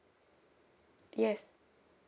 yes